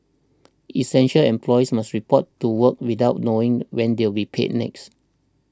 essential employees must report to work without knowing when they'll we paid next